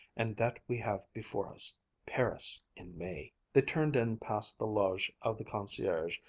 and that we have before us paris in may! they turned in past the loge of the concierge,